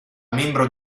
membro